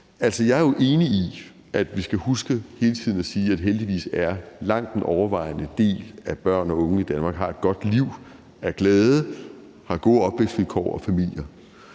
jeg er jo enig i, at vi skal huske hele tiden at sige, at heldigvis har langt den overvejende del af børn og unge i Danmark et godt liv og er glade og har gode opvækstvilkår og familier.